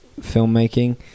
filmmaking